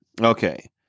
Okay